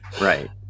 right